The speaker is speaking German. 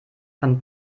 von